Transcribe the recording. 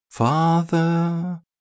Father